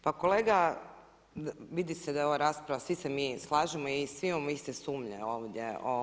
Pa kolega vidi se da ova rasprava, svi se mi slažemo i svi imamo iste sumnje ovdje.